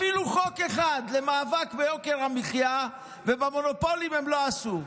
אפילו חוק אחד למאבק ביוקר המחיה ובמונופולים הם לא עשו.